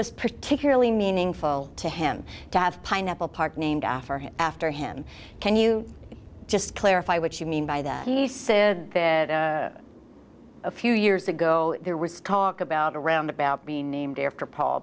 was particularly meaningful to him to have pineapple park named after him after him can you just clarify what you mean by that he said a few years ago there was talk about a roundabout being named after paul